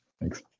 Thanks